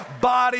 body